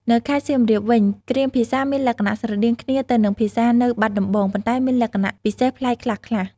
នៅខេត្តសៀមរាបវិញ គ្រាមភាសាមានលក្ខណៈស្រដៀងគ្នាទៅនឹងភាសានៅបាត់ដំបង ប៉ុន្តែមានលក្ខណៈពិសេសប្លែកខ្លះៗ។